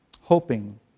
hoping